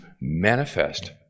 manifest